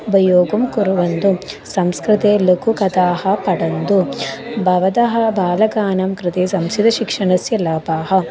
उपयोगं कुर्वन्तु संस्कृते लघुकथाः पठन्तु भवतः बालकानां कृते संस्कृतशिक्षणस्य लाभाः